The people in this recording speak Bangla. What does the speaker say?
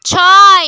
ছয়